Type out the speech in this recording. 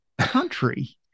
country